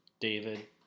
David